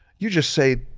you just say,